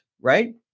right